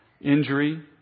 Injury